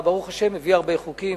אתה, ברוך השם, מביא הרבה חוקים,